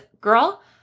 girl